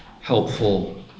helpful